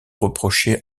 reprocher